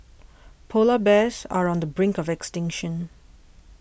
Polar Bears are on the brink of extinction